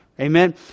Amen